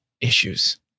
issues